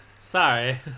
Sorry